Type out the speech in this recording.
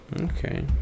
Okay